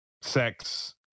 sex